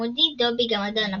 מודי, דובי גמדון הבית,